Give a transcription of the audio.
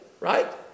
right